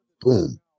Boom